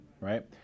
right